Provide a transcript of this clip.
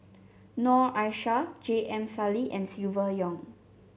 Noor Aishah J M Sali and Silvia Yong